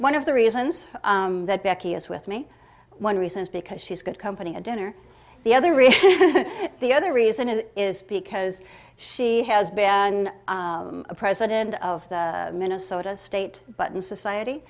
one of the reasons that becky is with me one reason is because she's good company a dinner the other really the other reason is is because she has been a president of the minnesota state button society